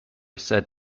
said